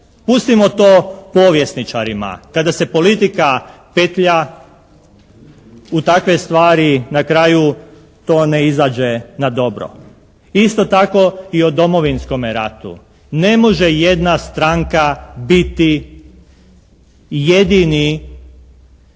Pustimo to povjesničarima. Kada se politika petlja u takve stvari na kraju to ne izađe na dobro. Isto tako i o Domovinskome ratu. Ne može jedna stranka biti jedini